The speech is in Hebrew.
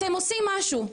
אתם עושים משהו,